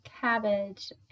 cabbage